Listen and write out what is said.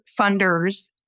funders